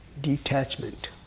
detachment